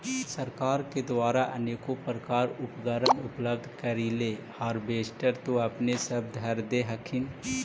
सरकार के द्वारा अनेको प्रकार उपकरण उपलब्ध करिले हारबेसटर तो अपने सब धरदे हखिन?